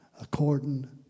according